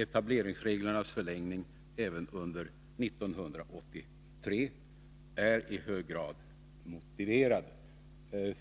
Etableringsreglernas förlängning även under 1983 är i hög grad motiverad.